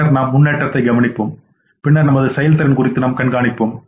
பின்னர் நம் முன்னேற்றத்தை கவனிப்போம் பின்னர் நமது செயல்திறன் குறித்து நாம் கண்காணிப்போம்